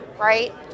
Right